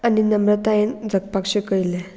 आनी नम्रता हें जगपाक शिकयलें